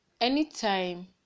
anytime